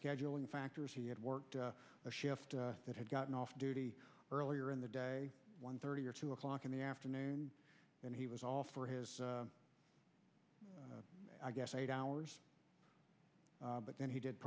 scheduling factors he had worked a shift and had gotten off duty earlier in the day one thirty or two o'clock in the afternoon and he was all for his i guess eight hours but then he did